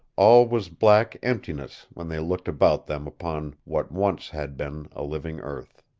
all was black emptiness when they looked about them upon what once had been a living earth.